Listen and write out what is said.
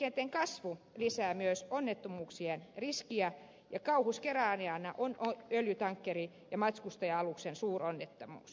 meriliikenteen kasvu lisää myös onnettomuuksien riskiä ja kauhuskenaariona on öljytankkerin ja matkustaja aluksen suuronnettomuus